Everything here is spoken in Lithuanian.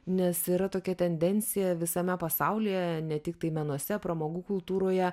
nes yra tokia tendencija visame pasaulyje ne tiktai menuose pramogų kultūroje